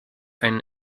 einen